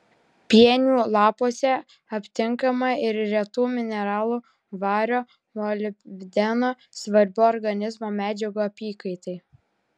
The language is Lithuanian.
pienių lapuose aptinkama ir retų mineralų vario molibdeno svarbių organizmo medžiagų apykaitai